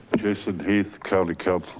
jason heath county council.